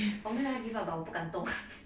我没有要 give up lah 我不敢动